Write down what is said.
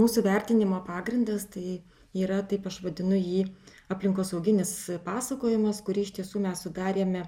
mūsų vertinimo pagrindas tai yra taip aš vadinu jį aplinkosauginis pasakojimas kurį iš tiesų mes sudarėme